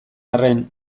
arren